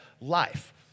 life